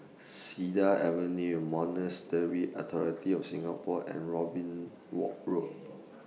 Cedar Avenue Authority of Singapore and Robin Wok Road